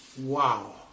Wow